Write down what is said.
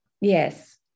Yes